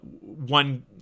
one